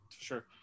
Sure